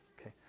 Okay